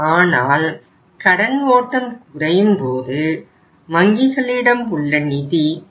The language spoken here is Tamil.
ஆனால் கடன் ஓட்டம் குறையும்போது வங்கிகளிடம் உள்ள நிதி குறைகிறது